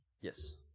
Yes